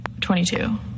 22